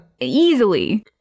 easily